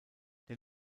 der